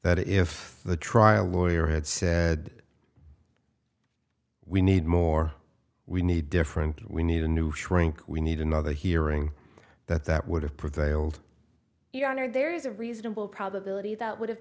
that if the trial lawyer had said we need more we need different we need a new shrink we need another hearing that that would have prevailed your honor there is a reasonable probability that